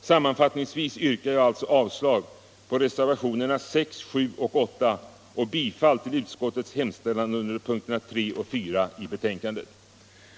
Sammanfattningsvis yrkar jag alltså avslag på reservationerna 6, 7 och 8 och bifall till utskottets hemställan under punkterna 3 och 4 i betänkandet.